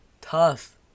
tough